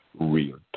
Real